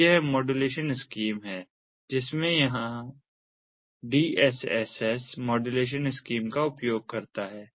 तो यह modulation scheme है जिसमें यह DSSS मॉड्यूलेशन स्कीम का उपयोग करता है